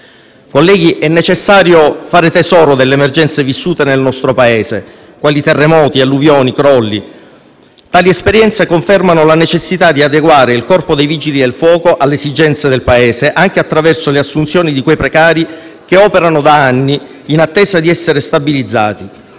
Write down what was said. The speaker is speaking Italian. Colleghi, è necessario fare tesoro delle emergenze vissute nel nostro Paese, quali terremoti, alluvioni e crolli. Tali esperienze confermano la necessità di adeguare il Corpo dei vigili del fuoco alle esigenze del Paese, anche attraverso le assunzioni di quei precari che operano da anni in attesa di essere stabilizzati,